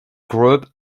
group